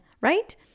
right